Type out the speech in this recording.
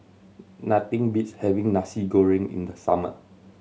nothing beats having Nasi Goreng in the summer